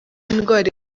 indwara